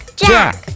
jack